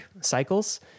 cycles